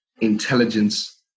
intelligence